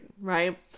Right